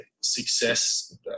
success